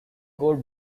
god